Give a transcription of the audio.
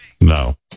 No